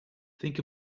think